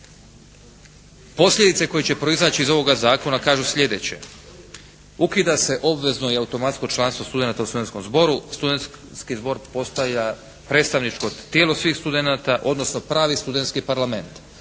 posljedice koje će proizaći iz ovoga zakona kažu sljedeće: Ukida se obvezno i automatsko članstvo studenata u Studentskom zboru, Studenski zbor postaje predstavničko tijelo svih studenata, odnosno pravi studentski parlament